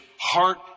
heart